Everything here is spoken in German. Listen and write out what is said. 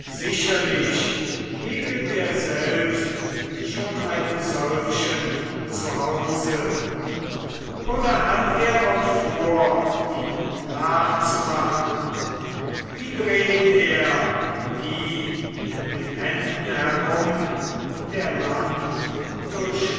sicherlich heget er selbst schon einen solchen zu hause oder er hat auch vor ihn nachzumachen wie dreht er ihn in den händen herum der landdurchstreichende gaudieb und